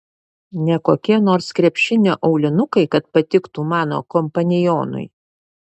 ne kokie nors krepšinio aulinukai kad patiktų mano kompanionui